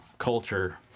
culture